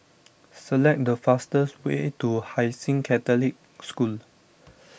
select the fastest way to Hai Sing Catholic School